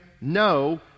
no